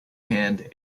and